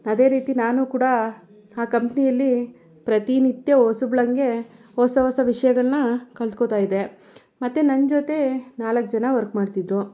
ಅದೇ ರೀತಿ ನಾನು ಕೂಡ ಆ ಕಂಪ್ನಿಯಲ್ಲಿ ಪ್ರತಿನಿತ್ಯ ಹೊಸ್ಬಳ ಹಂಗೆ ಹೊಸ ಹೊಸ ವಿಷಯಗಳ್ನ ಕಲ್ತ್ಕೊಳ್ತಾ ಇದ್ದೆ ಮತ್ತೆ ನನ್ನ ಜೊತೆ ನಾಲ್ಕು ಜನ ವರ್ಕ್ ಮಾಡ್ತಿದ್ರು